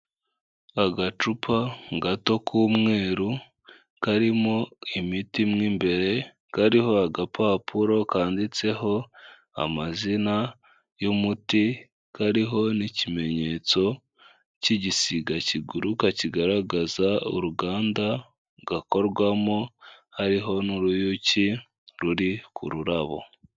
Agacupa gato k'umweru, karimo imiti mo imbere, kariho agapapuro kanditseho amazina y'umuti, kariho n'ikimenyetso cy'igisiga kiguruka kigaragaza uruganda gakorwamo, hariho n'uruyuki ruri ku rurabo.